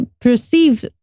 perceive